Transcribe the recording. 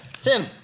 Tim